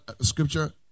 scripture